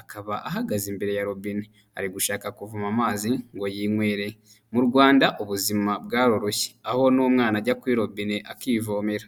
akaba ahagaze imbere ya robine ari gushaka kuvoma amazi ngo yinywere, mu Rwanda ubuzima bwaroroshye aho n'umwana ajya kuri robine akivomera.